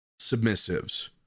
submissives